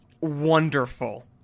wonderful